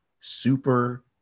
super